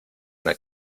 una